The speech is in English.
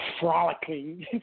frolicking